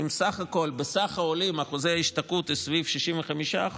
אם בסך העולים אחוזי ההשתקעות הם סביב 65%,